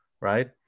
right